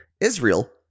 Israel